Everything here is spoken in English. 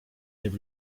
there